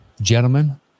Gentlemen